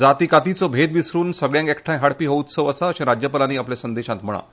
जाती कातीचो भेद विसरून सगळ्यांक एकठांय हाडपी हो उत्सव आसा अशें राज्यपालांनी आपल्या संदेशांत म्हळां